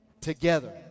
together